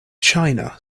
china